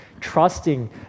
trusting